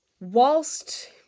Whilst